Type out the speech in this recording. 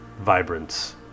vibrance